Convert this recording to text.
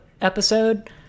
episode